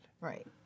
Right